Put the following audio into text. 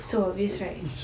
so obvious right